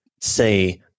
say